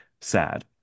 sad